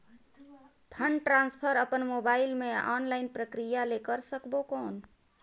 Fund transfer अपन mobile मे online प्रक्रिया ले कर सकबो कौन?